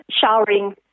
showering